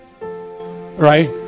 Right